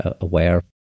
aware